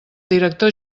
director